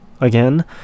again